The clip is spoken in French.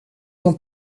mon